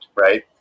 right